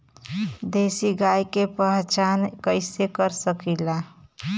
देशी गाय के पहचान कइसे कर सकीला?